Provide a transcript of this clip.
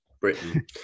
Britain